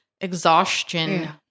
exhaustion